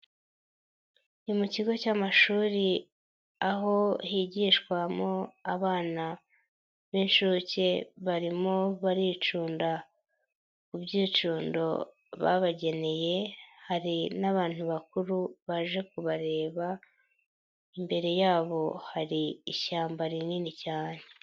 Ni mu kigo cy'amashuri, aho higishwamo abana, b'inshuke barimo baricunda, ku byicundo babageneye hari n'abantu bakuru baje kubareba, imbere yabo hari ishyamba rinini cyane.